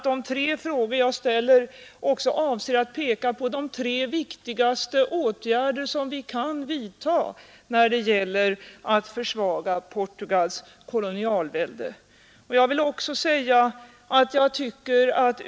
De tre frågor jag ställer avser också att peka på de tre viktigaste åtgärder som vi kan vidta när det gäller att verksamt försvaga Portugals möjligheter att bevara sitt kolonialvälde.